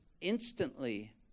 instantly